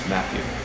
Matthew